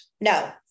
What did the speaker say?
No